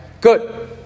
Good